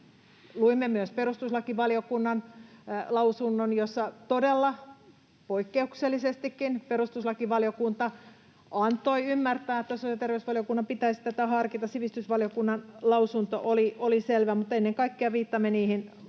Luimme myös perustuslakivaliokunnan lausunnon, jossa todella poikkeuksellisestikin perustuslakivaliokunta antoi ymmärtää, että sosiaali- ja terveysvaliokunnan pitäisi tätä harkita. Sivistysvaliokunnan lausunto oli selvä, mutta ennen kaikkea viittaamme niihin